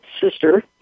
sister